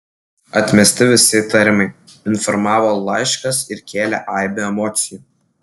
atmesti visi įtarimai informavo laiškas ir kėlė aibę emocijų